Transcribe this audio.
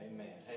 Amen